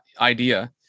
idea